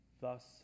Thus